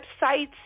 websites